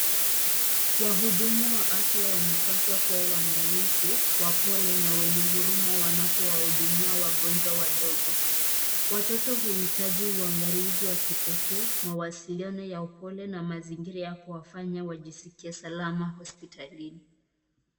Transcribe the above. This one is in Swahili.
wahudumu wa afya wanapaswa kuwa waangalifu wapole na wenye huruma wanapo wahudumia wagonjwa wadogo watoto huitaji waangalizi wa kipekee mawasiliano ya upole ma mazingira yakuwafanya wajiskie salama hosipitalini